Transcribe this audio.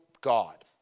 God